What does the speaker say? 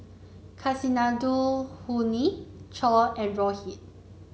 Kasinadhuni Choor and Rohit